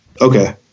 Okay